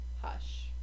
Hush